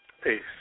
Peace